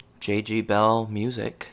JGBellmusic